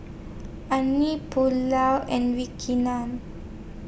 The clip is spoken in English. Unagi Pulao and